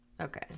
Okay